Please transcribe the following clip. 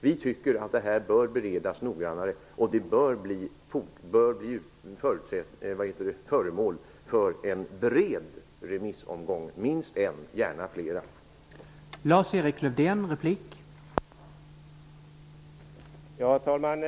Vi tycker att det här bör beredas noggrannare, och det bör bli föremål för en bred remissomgång -- minst en omgång och gärna flera omgångar.